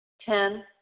Ten